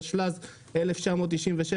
התשל"ז 1977,